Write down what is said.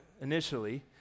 initially